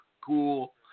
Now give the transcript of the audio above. cool